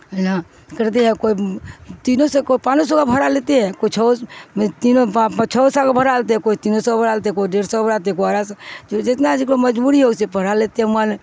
نا کرتے ہیں کوئی تینوں سے کوئی پانچ سو کا بھروا لیتے ہیں کوئی چھ تینوں پ چھ سو کا بھروا لیتے ہیں کوئی تینوں سو بھروا لیتے ہیں کوئی ڈیڑھ سو بھرواتے ہیں کوئی جو جتنا جو کوئی مجبوری ہو اسے پڑھا لیتے ہیں موبائل